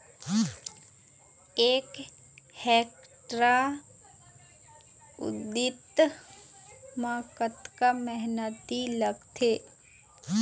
एक हेक्टेयर उरीद म कतक मेहनती लागथे?